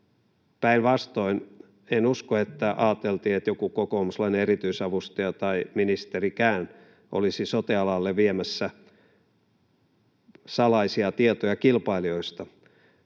Päinvastoin: en usko, että ajateltiin, että joku kokoomuslainen erityisavustaja tai ministerikään olisi sote-alalle viemässä salaisia tietoja kilpailijoista.